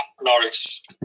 Norris